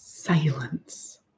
Silence